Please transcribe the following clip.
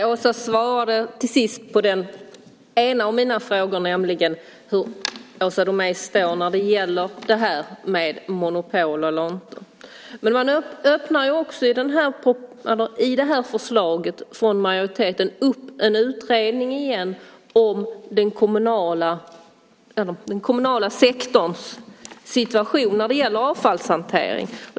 Herr talman! Åsa svarade till sist på en av mina frågor, nämligen hur Åsa Domeij står när det gäller det här med monopol eller inte. I det här förslaget från majoriteten öppnar man för en utredning igen om den kommunala sektorns situation när det gäller avfallshantering.